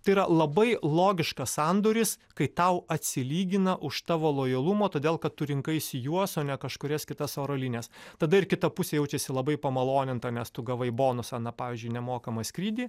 tai yra labai logiškas sandoris kai tau atsilygina už tavo lojalumą todėl kad tu rinkaisi juos o ne kažkurias kitas oro linijas tada ir kita pusė jaučiasi labai pamaloninta nes tu gavai bonusą na pavyzdžiui nemokamą skrydį